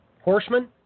horsemen